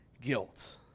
guilt